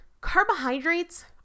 carbohydrates